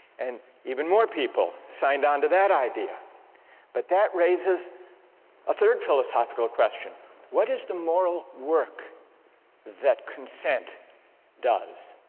and even more people signed on to that idea but that raises a third philosophical question what is the moral work that consent does?